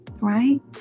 right